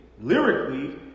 lyrically